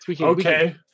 Okay